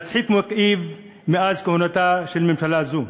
מצחיק ומכאיב מאז תחילת כהונתה של ממשלה זו.